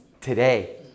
today